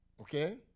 Okay